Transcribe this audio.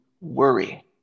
worry